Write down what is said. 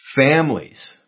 Families